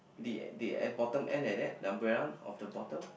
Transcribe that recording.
the the at bottom end like that the umbrella of the bottom